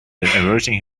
averting